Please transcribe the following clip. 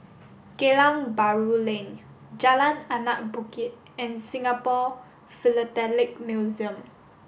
Geylang Bahru Lane Jalan Anak Bukit and Singapore Philatelic Museum